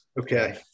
okay